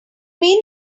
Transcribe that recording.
mean